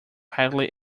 highly